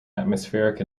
atmospheric